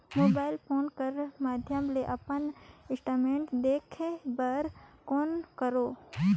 Mobile phone कर माध्यम ले अपन स्टेटमेंट देखे बर कौन करों?